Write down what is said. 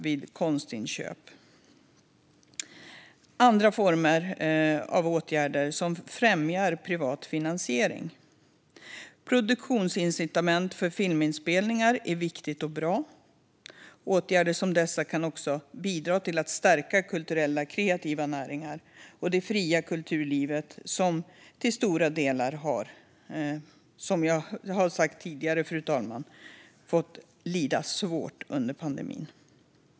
Det handlar också om andra former av åtgärder som främjar privat finansiering. Produktionsincitament för filminspelningar är viktigt och bra. Åtgärder som dessa kan också bidra till att stärka kulturella och kreativa näringar och det fria kulturlivet, som till stora delar har fått lida svårt under pandemin, som jag har sagt tidigare, fru talman.